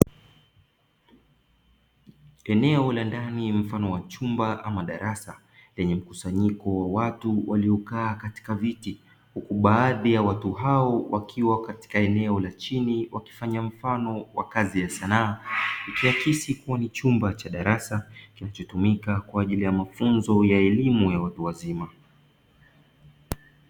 Eneo la ndani mfano wa chumba ama darasa lenye mkusanyiko wa watu waliokaa katika viti huku baadhi ya watu hao wakiwa katika eneo la chini wakifanya mfano wa kazi ya sanaa, ikiakisi kuwa ni chumba cha darasa kinachotumika kwa ajili ya mafunzo ya elimu ya watu wazima.